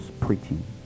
preaching